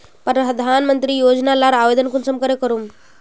प्रधानमंत्री योजना लार आवेदन कुंसम करे करूम?